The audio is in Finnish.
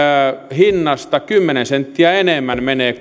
hinnasta kymmenen senttiä enemmän menee